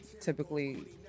typically